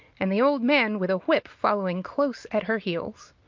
and the old man with ah whip following close at her heels.